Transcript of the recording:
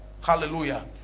Hallelujah